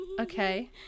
okay